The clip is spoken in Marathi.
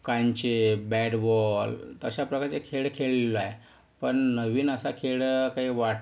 कांचे बॅट बॉल अशा प्रकारचे खेळ खेळलेलो आहे पण नवीन असा खेळ काही वाटतं